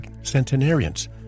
centenarians